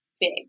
big